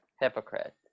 hypocrite